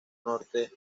norte